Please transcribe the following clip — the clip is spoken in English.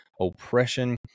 oppression